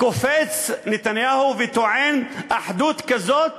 קופץ נתניהו וטוען: אחדות כזאת